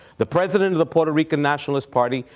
the president of the puerto rican nationalist party.